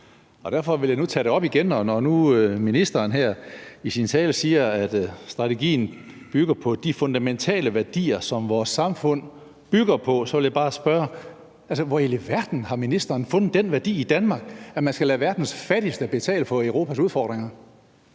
og derfor vil jeg nu tage det op igen. Når nu ministeren i sin tale siger, at strategien bygger på de fundamentale værdier, som vores samfund bygger på, vil jeg bare spørge: Hvor i alverden har ministeren fundet den værdi i Danmark, at man skal lade verdens fattigste betale for Europas udfordringer?